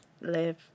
live